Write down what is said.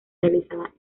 realizada